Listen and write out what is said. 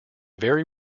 very